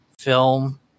film